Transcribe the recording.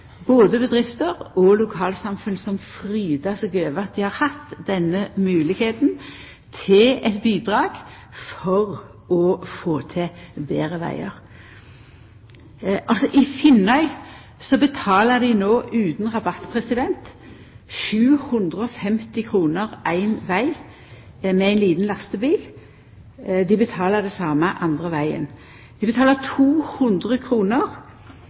både bedrifter og lokalsamfunn som frydar seg over at dei har hatt denne moglegheita til å bidra til å få til betre vegar. I Finnøy betalar dei no utan rabatt 750 kr ein veg med ein liten lastebil. Dei betalar det same andre vegen. Dei betalar 200